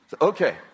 Okay